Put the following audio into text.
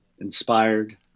inspired